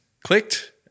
clicked